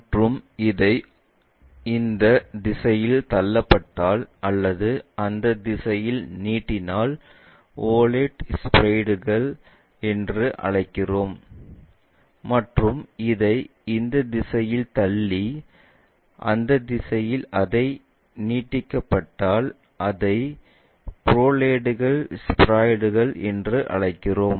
மற்றும் இதை இந்த திசையில் தள்ளப்பட்டால் அல்லது அந்த திசையில் நீட்டினால் ஓலேட் ஸ்பீராய்டுகள் என்று அழைக்கிறோம் மற்றும் இதை இந்த திசையில் தள்ளி இந்த திசையில் அது நீட்டிக்கப்பட்டால் அதை புரோலேட்டுகள் ஸ்பீராய்டுகள் என்று அழைக்கிறோம்